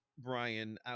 brian